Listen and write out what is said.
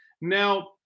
Now